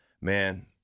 man